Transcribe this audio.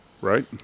right